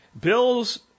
Bill's